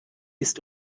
ist